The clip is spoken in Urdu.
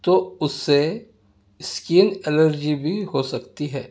تو اس سے اسکین الرجی بھی ہو سکتی ہے